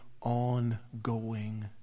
ongoing